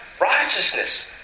Righteousness